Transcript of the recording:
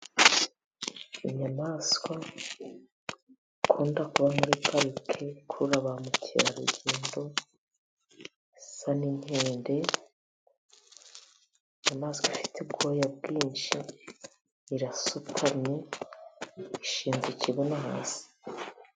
Inyamaswa ikunda kuba muri pariki ikurura ba mukerarugendo, isa n'inkende, inyamaswa ifite ubwoya bwinshi, irasutamye, ishinze ikibuno hasi.